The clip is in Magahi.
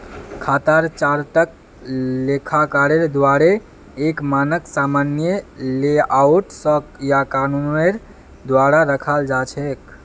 खातार चार्टक लेखाकारेर द्वाअरे एक मानक सामान्य लेआउट स या कानूनेर द्वारे रखाल जा छेक